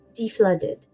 deflooded